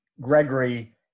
Gregory